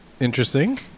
interesting